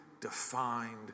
defined